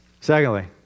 Secondly